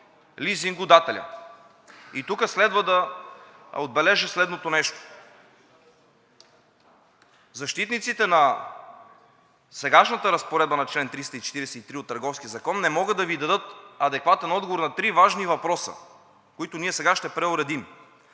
лизингодателят. И тук следва да отбележа следното нещо: защитниците на сегашната разпоредба на чл. 343 от Търговския закон не могат да Ви дадат адекватен отговор на три важни въпроса, които ние сега ще преуредим.